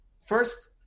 First